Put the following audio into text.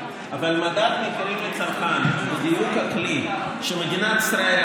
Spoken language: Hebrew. אבל מדד המחירים לצרכן הוא בדיוק הכלי שמדינת ישראל,